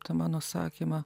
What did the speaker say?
tą mano sakymą